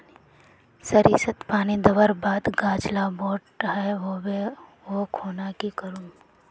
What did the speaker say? सरिसत पानी दवर बात गाज ला बोट है होबे ओ खुना की करूम?